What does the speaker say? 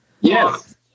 Yes